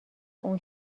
اون